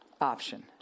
option